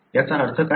याचा अर्थ काय